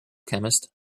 chemist